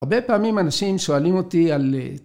הרבה פעמים אנשים שואלים אותי על...